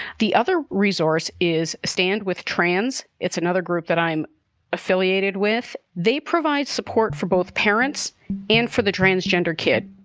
the other resource is stand with tranz. it's another group that i'm affiliated with. they provide support for both parents and for the transgender kid